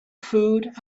food